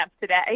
today